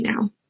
now